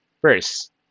First